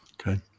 Okay